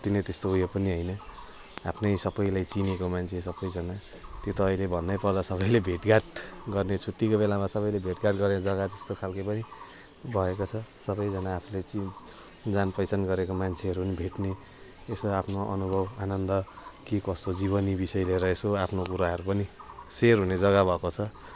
कति नै त्यस्तो ऊ यो पनि हैन आफ्नै सबैले चिनेको मान्छे सबैजना त्यो त अहिले भन्नैपर्दा सबैले भेटघाट गर्ने छुट्टीको बेलामा सबैले भेटघाट गरेर जग्गा त्यस्तो खालकै पनि भएको छ सबैजना आफूले जान पहिचान गरेको मान्छेहरू नि भेट्ने यसो आफ्नो अनुभव आनन्द के कसो जीवनी विषय लिएर यसो आफ्नो कुराहरू पनि सेयर हुने जग्गा भएको छ